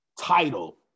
title